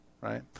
right